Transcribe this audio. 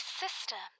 sister